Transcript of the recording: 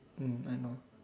mm I know